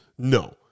No